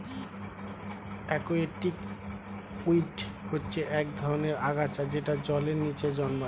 aquatic weed হচ্ছে এক ধরনের আগাছা যেটা জলের নিচে জন্মায়